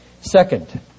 Second